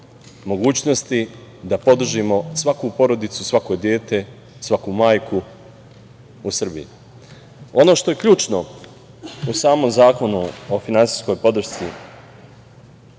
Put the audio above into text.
mogućnosti, da podržimo svaku porodicu i svako dete, svaku majku u Srbiji. Ono što je ključno u samom Zakonu o finansijskoj podršci